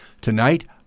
Tonight